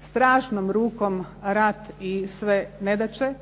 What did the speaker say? strašnom rukom rat i sve nedaće